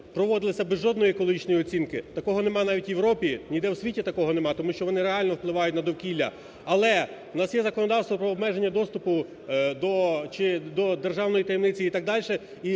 проводилися без жодної екологічної оцінки. Такого нема навіть у Європі, ніде в світі такого нема, тому що вони реально впливають на довкілля. Але у нас є законодавство про обмеження доступу до державної таємниці і так далі,